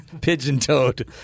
pigeon-toed